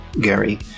Gary